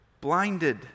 blinded